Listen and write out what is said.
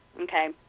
okay